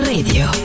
Radio